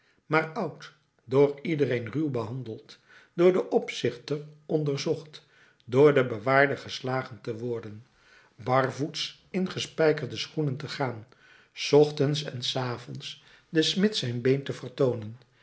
maar oud door iedereen ruw behandeld door den opzichter onderzocht door den bewaarder geslagen te worden barvoets in gespijkerde schoenen te gaan s ochtends en s avonds den smid zijn been te vertoonen